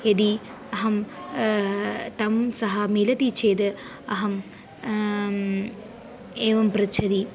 यदि अहं तं सह मिलामि चेद् अहं एवं पृच्छामि